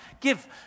give